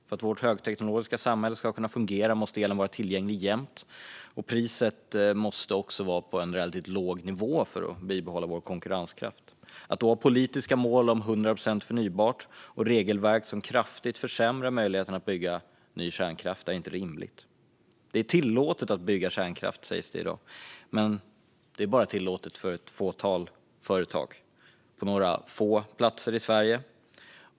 För att vårt högteknologiska samhälle ska kunna fungera måste elen vara tillgänglig jämt, och priset måste vara på en relativt låg nivå för att vi ska kunna bibehålla vår konkurrenskraft. Att då ha politiska mål om 100 procent förnybart och regelverk som kraftigt försämrar möjligheten att bygga ny kärnkraft är inte rimligt. Det är tillåtet att bygga kärnkraft, sägs det i dag, men det är bara tillåtet för ett fåtal företag på några få platser i Sverige.